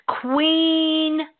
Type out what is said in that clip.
Queen